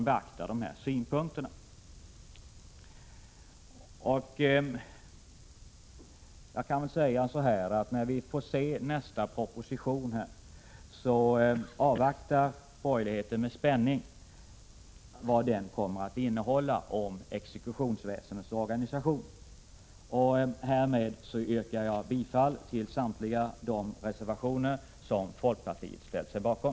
Borgerligheten avvaktar med spänning vad nästa proposition kommer att innehålla om exekutionsväsendets organisation. Herr talman! Med detta yrkar jag bifall till samtliga de reservationer som folkpartiet ställt sig bakom.